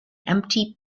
empty